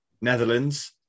Netherlands